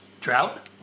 drought